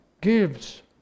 gives